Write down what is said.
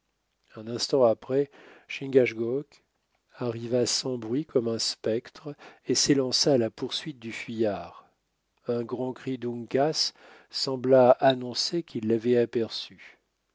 un instant après chingachgook arriva sans bruit comme un spectre et s'élança à la poursuite du fuyard un grand cri d'uncas sembla annoncer qu'il l'avait aperçu